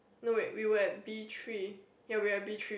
no wait we were at B three ya we were at B three